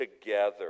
together